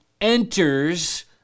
enters